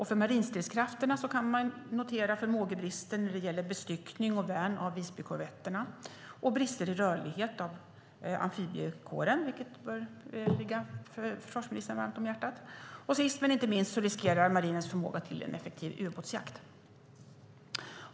För marinstridskrafterna kan man notera förmågebrister när det gäller bestyckning och värn av Visbykorvetter, brister i rörlighet för amfibiekåren, vilket bör ligga försvarsministern varmt om hjärtat. Sist men inte minst riskeras marinens förmåga till en effektiv ubåtsjakt.